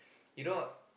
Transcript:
you know